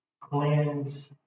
cleanse